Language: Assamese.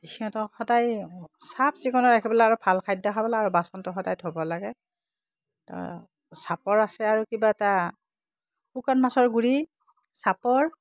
সিহঁতক সদায় চাফ চিকুণাই ৰাখিব লাগে আৰু ভাল খাদ্য খাব লাগে আৰু বাচনটো সদায় ধুব লাগে তাৰ চাপৰ আছে আৰু কিবা এটা শুকান মাছৰ গুড়ি চাপৰ